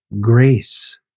grace